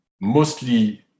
mostly